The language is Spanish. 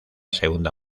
segunda